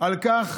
על כך